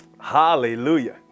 hallelujah